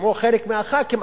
שמעו חלק מחברי הכנסת,